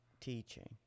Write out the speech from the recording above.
teaching